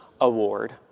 Award